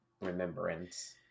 remembrance